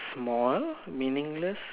small meaningless